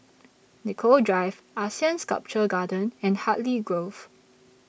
Nicoll Drive Asean Sculpture Garden and Hartley Grove